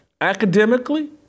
academically